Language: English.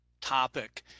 Topic